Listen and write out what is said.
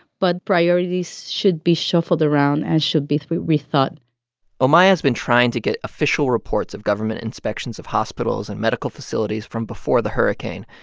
but priorities should be shuffled around and should be rethought omaya has been trying to get official reports of government inspections of hospitals and medical facilities from before the hurricane.